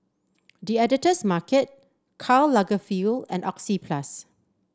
The Editor's Market Karl Lagerfeld and Oxyplus